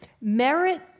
Merit